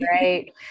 right